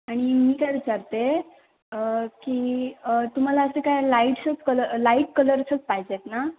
आणि मी काय विचारते की तुम्हाला असं काय लाईटसंच कल लाईट कलर्सच पाहिजेत ना